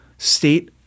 state